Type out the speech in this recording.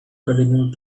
continued